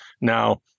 Now